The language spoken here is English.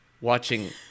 watching